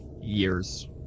Years